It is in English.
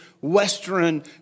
Western